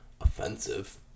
offensive